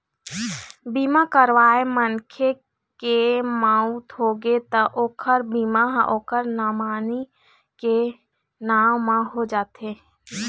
बीमा करवाए मनखे के मउत होगे त ओखर बीमा ह ओखर नामनी के नांव म हो जाथे